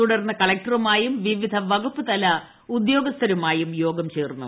തുടർന്ന് കളക്ടറുമായും വിവിധ വകുപ്പ് തല ഉദ്യോഗസ്ഥരുമായും യോഗം ചേർന്നു